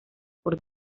por